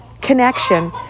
connection